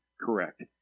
correct